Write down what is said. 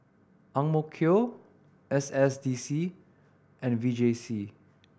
S S D C and V J C